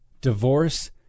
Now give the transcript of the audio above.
divorce